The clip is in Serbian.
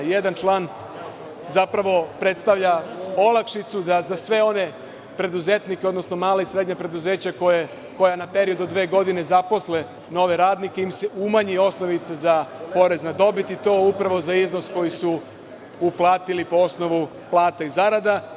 Jedan član zapravo predstavlja olakšicu da za sve one preduzetnike, odnosno mala i srednja preduzeća koja na period od dve godine zaposle nove radnike im se umanji osnovica za porez na dobit, i to upravo za iznos koji su uplatili po osnovu plata i zarada.